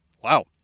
Wow